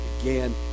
again